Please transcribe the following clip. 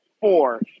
four